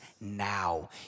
now